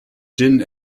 jin